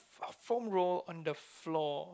foam roll on the floor